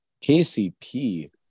KCP